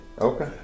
Okay